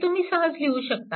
हे तुम्ही सहज लिहू शकता